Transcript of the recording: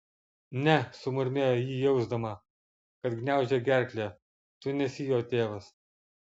ne sumurmėjo ji jausdama kad gniaužia gerklę tu nesi jo tėvas